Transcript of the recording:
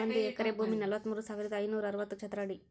ಒಂದು ಎಕರೆ ಭೂಮಿ ನಲವತ್ಮೂರು ಸಾವಿರದ ಐನೂರ ಅರವತ್ತು ಚದರ ಅಡಿ